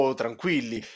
tranquilli